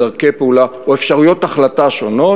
דרכי פעולה או אפשרויות החלטה שונות: